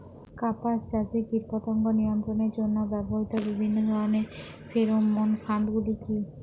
কাপাস চাষে কীটপতঙ্গ নিয়ন্ত্রণের জন্য ব্যবহৃত বিভিন্ন ধরণের ফেরোমোন ফাঁদ গুলি কী?